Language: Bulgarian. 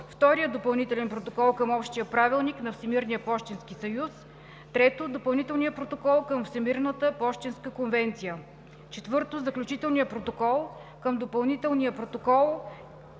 Вторият допълнителен протокол към Общия правилник на Всемирния пощенски съюз; 3. Допълнителният протокол към Всемирната пощенска конвенция; 4. Заключителният протокол към Допълнителния протокол